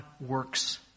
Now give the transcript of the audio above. works